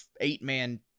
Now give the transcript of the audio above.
eight-man